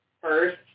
first